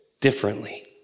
differently